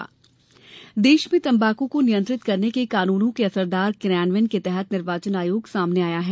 तंबाकू नियंत्रण देश में तम्बाकू को नियंत्रित करने के कानूनों के असरदार क्रियान्वयन के तहत निर्वाचन आयोग सामने आया है